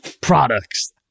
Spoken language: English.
products